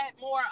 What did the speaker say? more